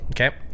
okay